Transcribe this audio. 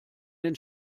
den